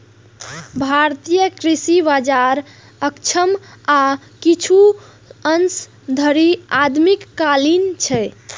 भारतीय कृषि बाजार अक्षम आ किछु अंश धरि आदिम कालीन छै